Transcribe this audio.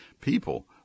people